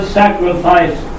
sacrifice